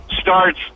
starts